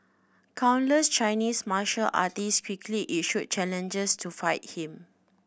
countless Chinese martial artists quickly issued challenges to fight him